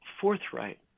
forthright